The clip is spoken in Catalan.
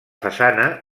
façana